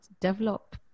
develop